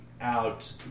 out